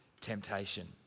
temptation